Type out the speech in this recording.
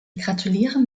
gratulieren